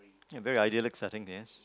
ya very idyllic setting this